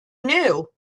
knew